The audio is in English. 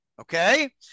Okay